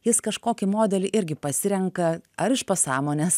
jis kažkokį modelį irgi pasirenka ar iš pasąmonės